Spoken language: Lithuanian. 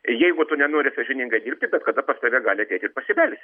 jeigu tu nenori sąžiningai dirbti bet kada pas tave gali ateit ir pasibelst